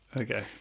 okay